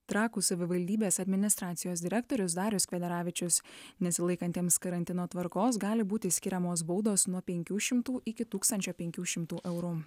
trakų savivaldybės administracijos direktorius darius kvedaravičius nesilaikantiems karantino tvarkos gali būti skiriamos baudos nuo penkių šimtų iki tūkstančio penkių šimtų eurų